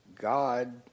God